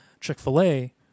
Chick-fil-A